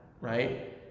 right